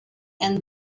and